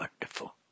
wonderful